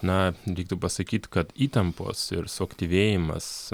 na reiktų pasakyt kad įtampos ir suaktyvėjimas